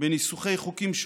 בניסוח חוקים,